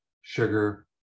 sugar